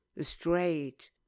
straight